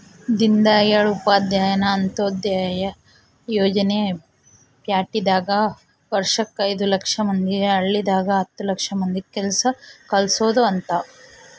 ದೀನ್ದಯಾಳ್ ಉಪಾಧ್ಯಾಯ ಅಂತ್ಯೋದಯ ಯೋಜನೆ ಪ್ಯಾಟಿದಾಗ ವರ್ಷಕ್ ಐದು ಲಕ್ಷ ಮಂದಿಗೆ ಹಳ್ಳಿದಾಗ ಹತ್ತು ಲಕ್ಷ ಮಂದಿಗ ಕೆಲ್ಸ ಕಲ್ಸೊದ್ ಅಂತ